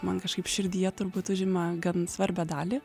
man kažkaip širdyje turbūt užima gan svarbią dalį